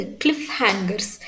cliffhangers